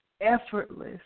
effortless